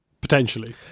potentially